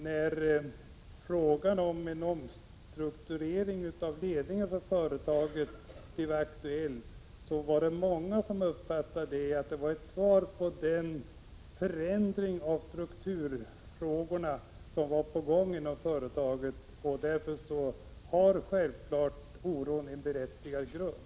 När frågan om en omstrukturering av ledningen för företaget blev aktuell uppfattades detta av många som ett svar på den förändring i strukturutvecklingen som var på gång inom företaget. Oron har därför självfallet en berättigad grund.